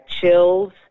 chills